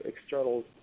external